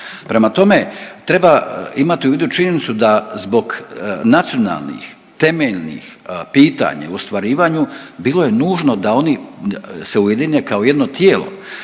Prema tome, treba imati u vidu činjenicu da zbog nacionalnih, temeljnih pitanja u ostvarivanju bilo je nužno da oni se ujedine kao jedno tijelo,